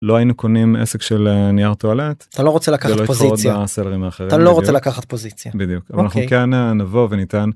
לא היינו קונים עסק של נייר טואלט אתה לא רוצה לקחת פוזיציה אתה לא רוצה לקחת פוזיציה בדיוק אנחנו כן נבוא וניתן.